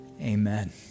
Amen